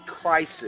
crisis